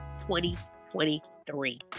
2023